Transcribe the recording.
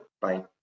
Bye